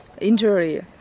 Injury